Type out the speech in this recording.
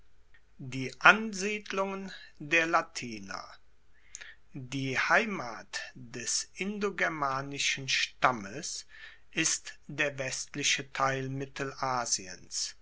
die ansiedlungen der latiner die heimat des indogermanischen stammes ist der westliche teil